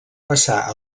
passar